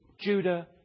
Judah